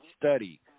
study